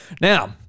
Now